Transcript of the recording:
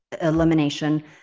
elimination